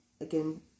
again